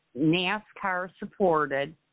NASCAR-supported